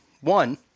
One